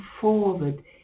forward